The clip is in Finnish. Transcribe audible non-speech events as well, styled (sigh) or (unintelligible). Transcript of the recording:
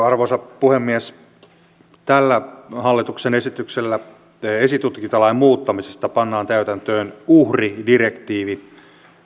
(unintelligible) arvoisa puhemies tällä hallituksen esityksellä esitutkintalain muuttamisesta pannaan täytäntöön uhridirektiivi